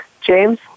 James